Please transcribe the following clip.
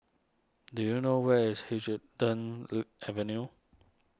do you know where is Huddington Look Avenue